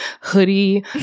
hoodie